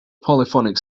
polyphonic